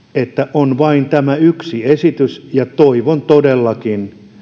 on vain tämä yksi esitys toivon todellakin